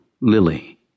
Lily